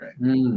right